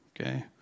Okay